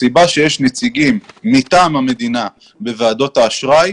הסיבה שיש נציגים מטעם המדינה בוועדות האשראי,